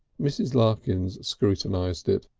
mrs. larkins scrutinised it.